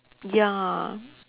ya